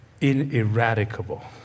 ineradicable